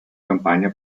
campagna